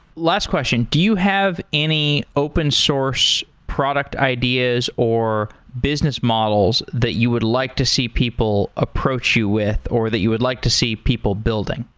last question do you have any open source product ideas or business models that you would like to see people approach you with or that you would like to see people building?